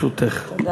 לרשותךְ שלוש דקות.